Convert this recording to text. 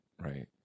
Right